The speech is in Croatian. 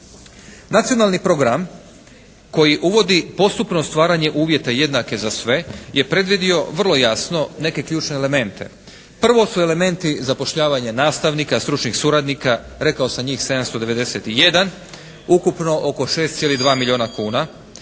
Nacionalni program koji uvodi postupno stvaranje uvjeta jednake za sve je predvidio vrlo jasno neke ključne elemente. Prvo su elementi zapošljavanja nastavnika, stručnih suradnika, rekao sam njih 791 ukupno oko 6,2 milijuna kuna.